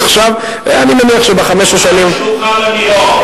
עכשיו, אני מניח שבחמש השנים, אולי שלוחה למירון.